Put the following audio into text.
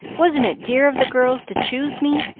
wasn't it dear of the girls to choose me?